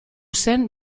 zen